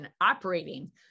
operating